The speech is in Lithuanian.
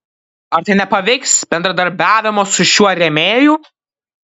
ar tai nepaveiks bendradarbiavimo su šiuo rėmėju